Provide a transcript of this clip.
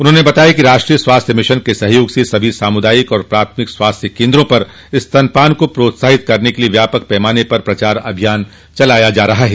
उन्होंने बताया कि राष्ट्रीय स्वास्थ्य मिशन के सहयोग से सभी सामूदायिक और प्राथमिक स्वास्थ्य केन्द्रों पर स्तनपान को प्रोत्साहित करने के लिए व्यापक पैमाने पर प्रचार अभियान चलाया जा रहा है